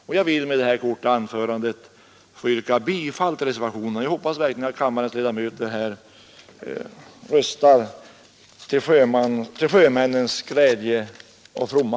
Jag ber att med detta korta anförande få yrka bifall till reservationen. Jag hoppas verkligen att kammarens ledamöter röstar till sjömännens glädje och fromma.